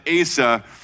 Asa